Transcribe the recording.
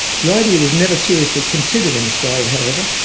the idea was never seriously considered in australia however,